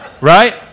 right